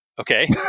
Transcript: Okay